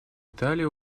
италии